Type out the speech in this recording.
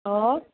অঁ